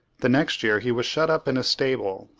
the next year he was shut up in a stable,